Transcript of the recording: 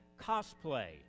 cosplay